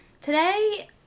Today